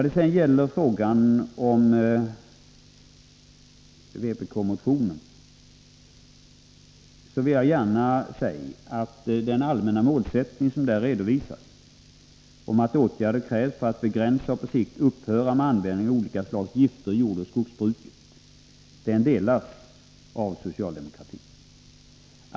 Den allmänna målsättning som redovisas i vpk-motionen, att åtgärder krävs för att man skall begränsa och på sikt upphöra med användningen av olika slags gifter i jordoch skogsbruket, delas av socialdemokratin.